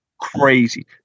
crazy